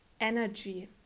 energy